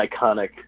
iconic